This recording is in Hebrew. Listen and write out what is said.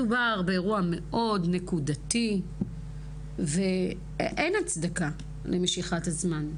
מדובר באירוע מאוד נקודתי ואין הצדקה למשיכת הזמן.